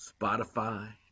Spotify